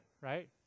right